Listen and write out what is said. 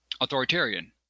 authoritarian